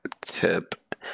tip